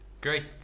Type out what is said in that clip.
Great